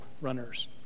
runners